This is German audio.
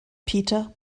peter